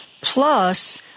plus